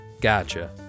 Gotcha